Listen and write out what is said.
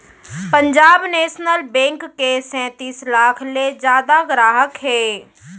Punjab national bank के सैतीस लाख ले जादा गराहक हे